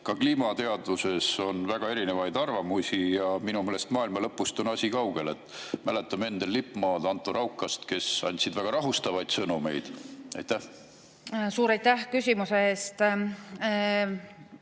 ka kliimateaduses on väga erinevaid arvamusi ja minu meelest maailma lõpust on asi kaugel. Mäletame Endel Lippmaad ja Anto Raukast, kes andsid väga rahustavaid sõnumeid. Suur aitäh küsimuse eest!